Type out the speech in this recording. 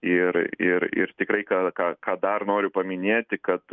ir ir ir tikrai ką ką ką dar noriu paminėti kad